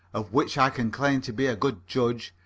of which i can claim to be a good judge,